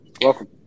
Welcome